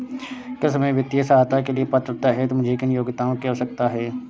कृषि में वित्तीय सहायता के लिए पात्रता हेतु मुझे किन योग्यताओं की आवश्यकता है?